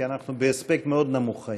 כי אנחנו בהספק מאוד נמוך היום.